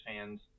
fans